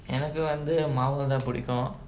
எனக்கு வந்து:enakku vanthu marvel தா புடிக்கும்:thaa pudikkum